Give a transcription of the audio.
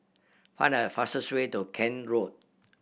find the fastest way to Kent Road